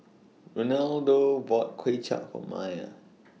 Renaldo bought Kuay Chap For Myer